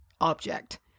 object